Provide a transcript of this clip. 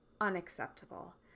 unacceptable